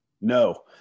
No